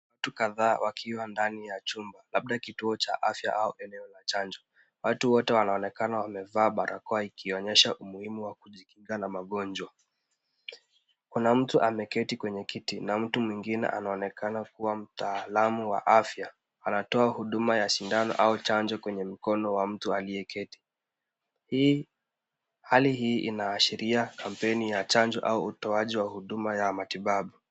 Watu kadhaa wakiwa ndani ya chumba labda kituo cha afya au eneo la chanjo. Watu wote wanaonekana wamevaa barakoa ikionyesha umuhimu wa kujikinga na magonjwa. Kuna mtu ameketi kwenye kiti na mtu mwingine anaonekana kuwa mtaalamu wa afya anatoa huduma ya sindano au chanjo kwenye mkono wa mtu aliyeketi. Hali hii inaashiria kampeni ya chanjo au utoaji wa huduma ya matibabu.